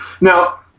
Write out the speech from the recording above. Now